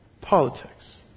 Politics